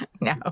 No